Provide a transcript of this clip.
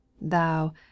Thou